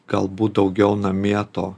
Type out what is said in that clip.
galbūt daugiau namie to